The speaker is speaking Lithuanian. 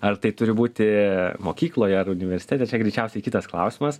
ar tai turi būti mokykloje ar universitete čia greičiausiai kitas klausimas